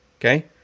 Okay